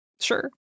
Sure